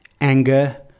anger